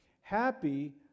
happy